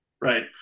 Right